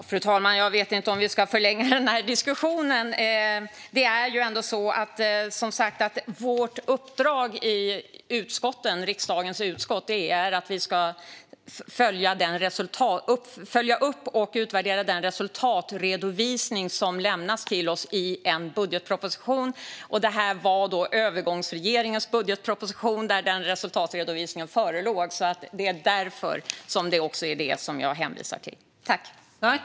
Fru talman! Jag vet inte om vi ska förlänga diskussionen. Vårt uppdrag i riksdagens utskott är, som sagt, att vi ska följa upp och utvärdera den resultatredovisning som lämnas till oss i en budgetproposition. Det var då i övergångsregeringens budgetproposition som den resultatredovisningen fanns. Det är därför som jag hänvisar till det.